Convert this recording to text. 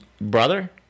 brother